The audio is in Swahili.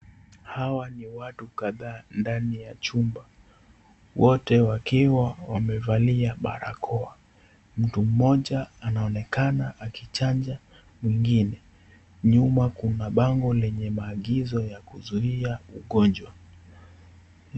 Hawa ni watu kadhaa ndani ya chumba, wote wakiwa wamevalia barakoa. Mtu mmoja anaonekana akichanja mwingine. Nyuma kuna bango lenye maagizo ya kuzuia ugonjwa.